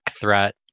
threat